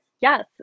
Yes